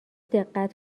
دقت